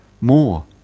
more